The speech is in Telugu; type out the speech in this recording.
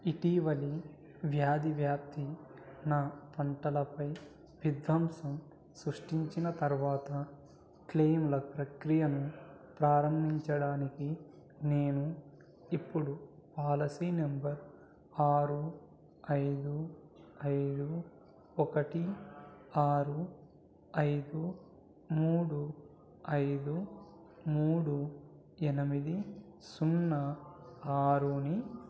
ఇటీవలి వ్యాధి వ్యాప్తి నా పంటలపై విధ్వంసం సుష్టించిన తర్వాత క్లెయిమ్ల ప్రక్రియను ప్రారంభించడానికి నేను ఇప్పుడు పాలసీ నంబర్ ఆరు ఐదు ఐదు ఒకటి ఆరు ఐదు మూడు ఐదు మూడు ఎనిమిది సున్నా ఆరుని